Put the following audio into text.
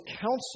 counsel